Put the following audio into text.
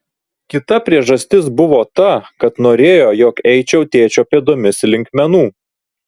kita priežastis buvo ta kad norėjo jog eičiau tėčio pėdomis link menų